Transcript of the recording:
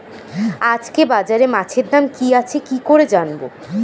আজকে বাজারে মাছের দাম কি আছে কি করে জানবো?